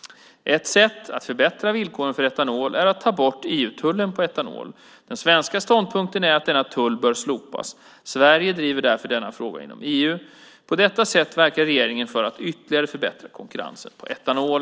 Ett sätt att förbättra villkoren för etanol är att ta bort EU-tullen på etanol. Den svenska ståndpunkten är att denna tull bör slopas. Sverige driver därför denna fråga inom EU. På detta sätt verkar regeringen för att ytterligare förbättra konkurrenskraften för etanol.